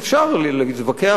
אז אפשר להתווכח,